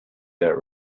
that